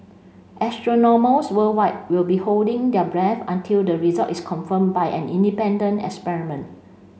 astronomers worldwide will be holding their breath until the result is confirmed by an independent experiment